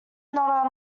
not